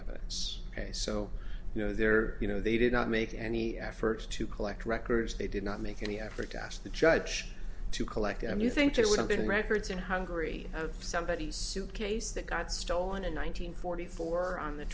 evidence ok so you know they're you know they did not make any efforts to collect records they did not make any effort to ask the judge to collect and you think there would have been records in hungary of somebody suitcase that got stolen in one nine hundred forty four on the